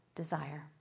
desire